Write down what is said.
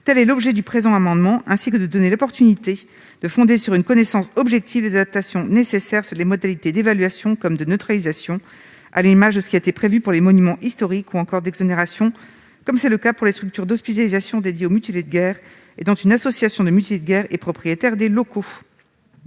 les accompagnent. Nous voulons aussi saisir l'opportunité de fonder sur une connaissance objective les adaptations nécessaires des modalités d'évaluation, de neutralisation- à l'image de ce qui est prévu pour les monuments historiques -ou encore d'exonération- à l'image de ce qui est prévu pour les structures d'hospitalisation dédiées aux mutilés de guerre, dont une association de mutilés de guerre est propriétaire des locaux.